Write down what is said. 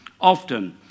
often